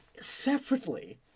separately